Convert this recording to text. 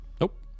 nope